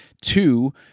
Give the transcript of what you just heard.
two